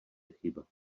chyba